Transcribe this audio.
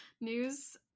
news